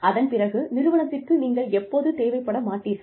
அதன் பிறகு நிறுவனத்திற்கு நீங்கள் எப்போதும் தேவைப்படமாட்டீர்கள்